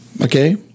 okay